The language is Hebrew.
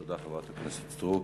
תודה, חברת הכנסת סטרוק.